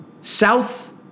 South